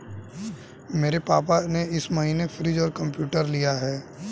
मेरे पापा ने इस महीने फ्रीज और कंप्यूटर लिया है